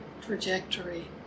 trajectory